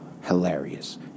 Hilarious